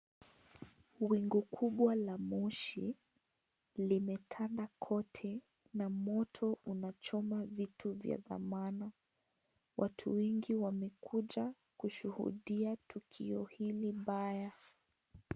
Wingu kubwa la moshi, limetanda kote na moto unachoma vitu vya dhamana. Watu wengi wamekuja kushuhudia tukio hili mbaya.